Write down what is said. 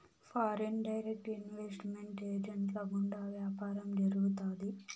foreign direct investment ఏజెంట్ల గుండా వ్యాపారం జరుగుతాది